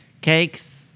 cakes